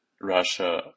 Russia